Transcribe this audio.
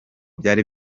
byari